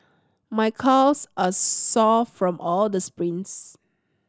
my calves are sore from all the sprints